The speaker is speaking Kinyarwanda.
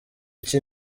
iki